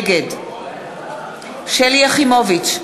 נגד שלי יחימוביץ,